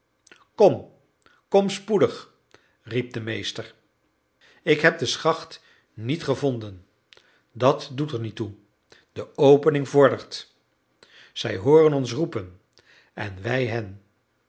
kom kom spoedig riep de meester ik heb de schacht niet gevonden dat doet er niet toe de opening vordert zij hooren ons roepen en wij hen